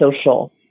social